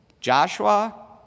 Joshua